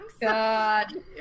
God